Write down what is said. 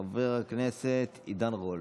חבר הכנסת עידן רול.